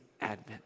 advent